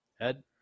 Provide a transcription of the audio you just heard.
Ed